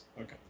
okay